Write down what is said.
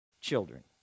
children